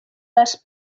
les